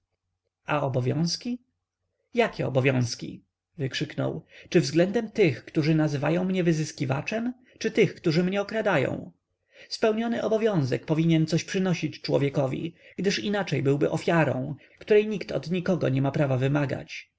a obowiązki jakie obowiązki wykrzyknął czy względem tych którzy nazywają mnie wyzyskiwaczem czy tych którzy mnie okradają spełniony obowiązek powinien coś przynosić człowiekowi gdyż inaczej byłby ofiarą której nikt od nikogo nie ma prawa wymagać